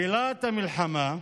בלהט המלחמה,